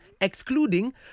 excluding